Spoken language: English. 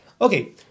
Okay